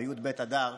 בי"ב אדר,